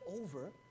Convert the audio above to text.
over